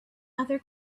other